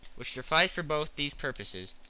which sufficed for both these purposes.